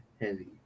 heavy